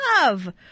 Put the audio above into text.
love